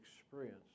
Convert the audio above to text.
experience